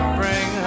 bring